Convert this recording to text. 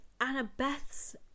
Annabeth's